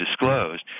disclosed